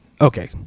okay